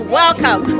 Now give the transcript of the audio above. welcome